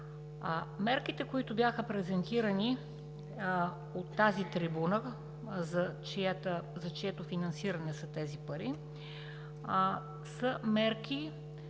Мерките, които бяха презентирани, от тази трибуна, за чието финансиране са тези пари, са мерки,